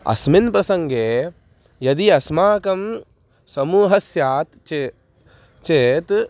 अस्मिन् प्रसङ्गे यदि अस्माकं समूहस्यात् चेत् चेत्